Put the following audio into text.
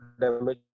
damage